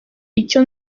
icyo